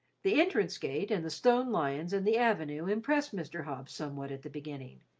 the entrance gate and the stone lions and the avenue impressed mr. hobbs somewhat at the beginning,